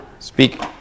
Speak